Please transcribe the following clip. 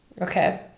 okay